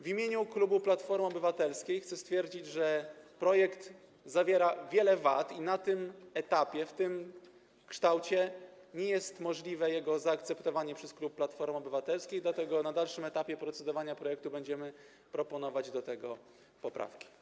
W imieniu klubu Platformy Obywatelskiej chcę stwierdzić, że projekt zawiera wiele wad i na tym etapie nie jest możliwe jego zaakceptowanie w tym kształcie przez klub Platformy Obywatelskiej, dlatego na dalszym etapie procedowania projektu będziemy proponować do niego poprawki.